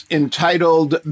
entitled